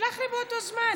שלח לי באותו זמן.